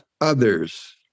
others